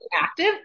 active